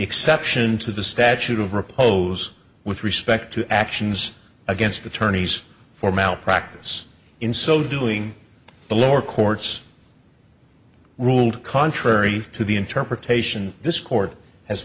exception to the statute of repose with respect to actions against attorneys for malpractise in so doing the lower courts ruled contrary to the interpretation this court has